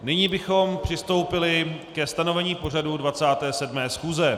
Nyní bychom přistoupili ke stanovení pořadu 27. schůze.